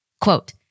Quote